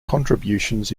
contributions